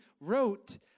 wrote